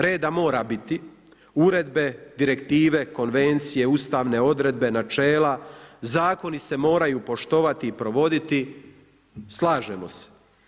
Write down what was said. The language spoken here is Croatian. Reda mora biti, uredbe, direktive, konvencije, Ustavne odredbe, načela, zakoni se moraju poštovati i provoditi, slažemo se.